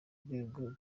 rwego